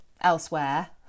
elsewhere